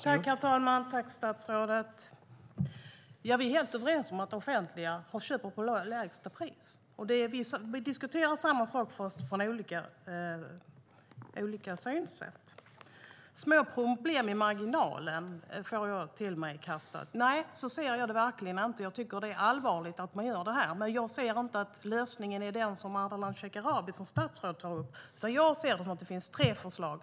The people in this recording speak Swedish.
Herr talman! Vi är helt överens om att den offentliga sektorns inköp ska ske till lägsta pris. Vi diskuterar samma sak fast vi har olika synsätt. Ardalan Shekarabi pratar om små problem i marginalen. Nej, så ser jag det verkligen inte. Jag tycker att det är ett allvarligt problem, men jag ser inte att lösningen är den som statsrådet tar upp. Det finns tre förslag.